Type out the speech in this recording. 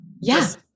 Yes